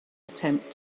attempt